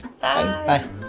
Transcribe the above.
Bye